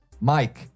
Mike